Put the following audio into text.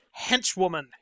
henchwoman